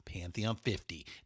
Pantheon50